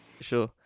sure